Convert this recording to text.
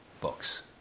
books